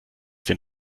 den